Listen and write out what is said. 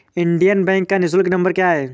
Indian Bank का निःशुल्क number क्या है?